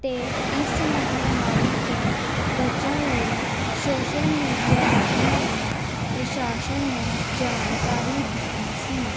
ਅਤੇ ਇਸ ਮਹਾਂਮਾਰੀ ਤੋਂ ਬਚਣ ਲਈ ਸ਼ੋਸ਼ਲ ਮੀਡੀਆ ਰਾਹੀਂ ਵੀ ਪ੍ਰਸ਼ਾਸ਼ਨ ਨੇ ਜਾਣਕਾਰੀ ਦਿੱਤੀ ਸੀ